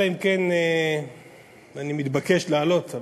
אלא אם כן אני מתבקש לעלות,